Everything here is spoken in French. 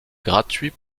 gratuit